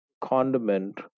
condiment